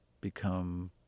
become